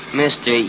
mister